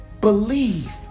believe